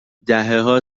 دههها